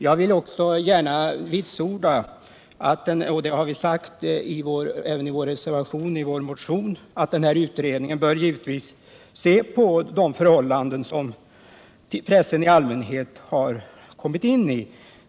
Jag vill gärna vitsorda — såsom vi också har sagt i vår reservation och i vår motion — att pressutredningen bör studera de förhållanden under vilka pressen i allmänhet arbetar.